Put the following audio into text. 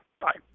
Bye